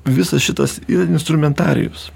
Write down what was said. visas šitas instrumentarijus